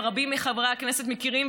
ורבים מחברי הכנסת מכירים,